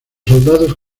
soldados